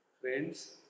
Friends